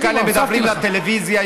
יש כאלה שמדברים לטלוויזיה,